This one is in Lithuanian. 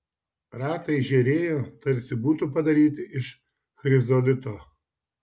ratai žėrėjo tarsi būtų padaryti iš chrizolito